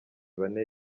bane